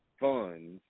funds